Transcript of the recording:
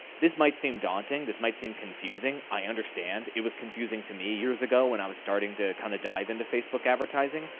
this might seem daunting. this might seem confusing i understand, it was confusing to me years ago when i was starting to kinda dive into facebook advertising.